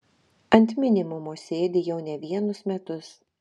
ant minimumo sėdi jau ne vienus metus